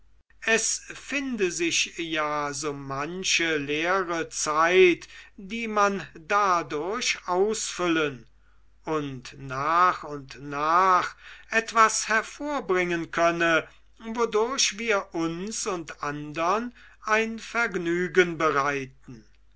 es finde sich ja so manche leere zeit die man dadurch ausfüllen und nach und nach etwas hervorbringen könne wodurch wir uns und andern ein vergnügen bereiten